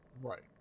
Right